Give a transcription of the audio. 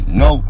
no